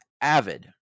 Avid